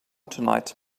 tonight